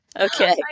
Okay